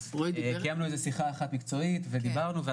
קיימנו שיחה אחת מקצועית ודיברנו,